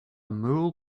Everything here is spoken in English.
mule